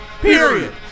Period